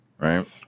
right